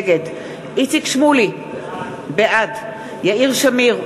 נגד איציק שמולי, בעד יאיר שמיר,